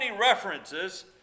references